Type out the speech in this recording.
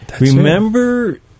Remember